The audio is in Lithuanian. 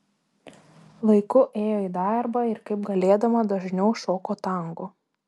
laiku ėjo į darbą ir kaip galėdama dažniau šoko tango